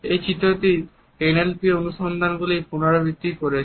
এই চিত্রটি N L পির অনুসন্ধানগুলির পুনরাবৃত্তি করেছে